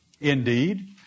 Indeed